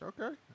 Okay